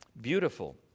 beautiful